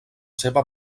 seva